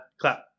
Clap